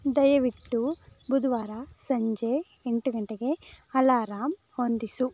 ದಯವಿಟ್ಟು ಬುಧವಾರ ಸಂಜೆ ಎಂಟು ಗಂಟೆಗೆ ಅಲಾರಾಂ ಹೊಂದಿಸು